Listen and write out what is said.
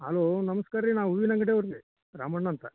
hello ನಮ್ಸ್ಕಾರ ರೀ ನಾವು ಹೂವಿನ ಅಂಗ್ಡಿಯೋರು ರೀ ರಾಮಣ್ಣ ಅಂತ